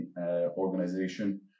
organization